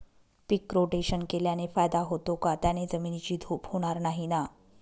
पीक rotation केल्याने फायदा होतो का? त्याने जमिनीची धूप होणार नाही ना?